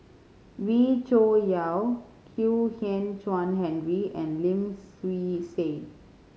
Wee Cho Yaw Kwek Hian Chuan Henry and Lim Swee Say